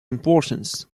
importance